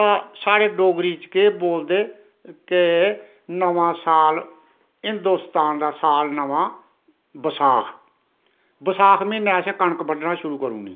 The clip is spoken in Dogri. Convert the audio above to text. तां साढ़े डोगरी च केह् बोलदे के नवां साल हिंदोस्तान दा साल नवां बसाख बसाख म्हीनै असैं कनक बड्ढना शुरू करूनी